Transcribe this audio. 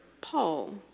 Paul